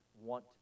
want